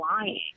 lying